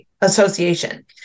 Association